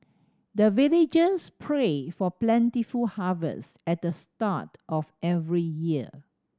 the villagers pray for plentiful harvest at the start of every year